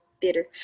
theater